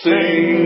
Sing